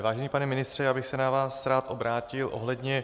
Vážený pane ministře, já bych se na vás rád obrátil ohledně